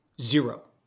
Zero